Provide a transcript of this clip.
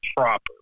proper